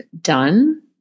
done